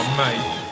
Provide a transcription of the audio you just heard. mate